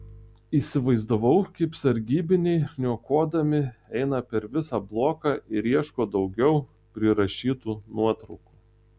įsivaizdavau kaip sargybiniai niokodami eina per visą bloką ir ieško daugiau prirašytų nuotraukų